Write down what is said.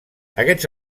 aquests